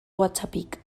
whatsappik